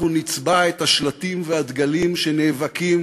אנחנו נצבע את השלטים והדגלים שנאבקים